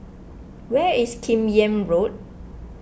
where is Kim Yam Road